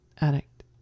addict